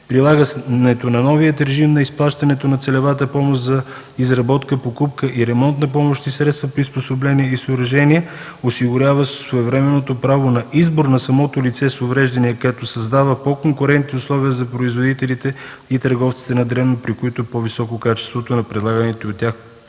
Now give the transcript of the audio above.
Прилагането на новия режим на изплащането на целевата помощ за изработка, покупка и ремонт на помощни средства, приспособления и съоръжения, осигурява своевременното право на избор на самото лице с увреждания, като създава по-конкурентни условия за производителите и търговците на дребно, при които е по-високо качеството на предлагания от тях